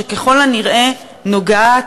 שככל הנראה נוגעות,